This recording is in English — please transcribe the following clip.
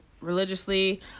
religiously